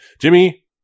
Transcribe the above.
Jimmy